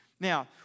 Now